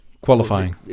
qualifying